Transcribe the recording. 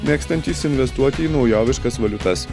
mėgstantys investuoti į naujoviškas valiutas